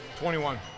21